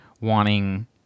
wanting